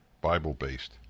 Bible-based